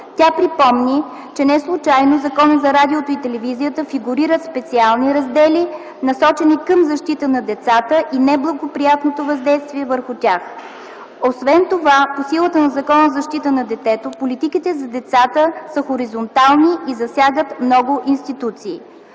Тя припомни, че неслучайно в Закона за радиото и телевизията фигурират специални раздели, насочени към защита на децата и неблагоприятното въздействие върху тях. Освен това по силата на Закона за защита на детето политиките за децата са хоризонтални и засягат много институции.